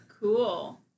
Cool